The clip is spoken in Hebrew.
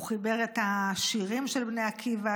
הוא חיבר את השירים של בני עקיבא,